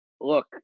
look